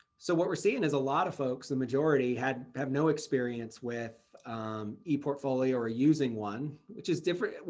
so what we're seeing is a lot of folks, the majority had have no experience with eportfolio or using one which is different.